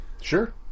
Sure